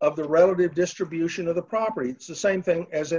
of the relative distribution of the property it's the same thing as an